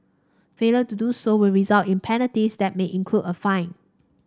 failure to do so will result in penalties that may include a fine